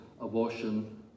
abortion